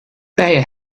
they